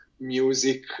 Music